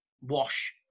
wash